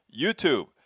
YouTube